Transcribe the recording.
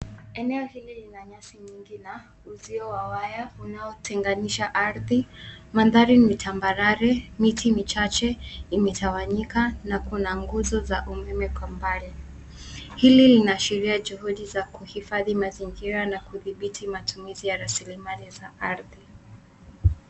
Eneo hili lina nyasi nyingi na uzio wa waya unaotenganisha ardhi. Mandhari ni tambarare. Miti ni chache, imetawanyika na kuna nguzo za umeme kwa mbali. Hili linaashiria juhudi za kuhifadhi mazingira na kudhibiti matumizi ya rasilimali za ardhi.